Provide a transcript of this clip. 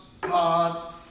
God